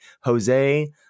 Jose